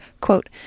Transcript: quote